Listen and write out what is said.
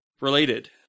Related